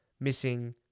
missing